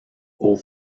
aux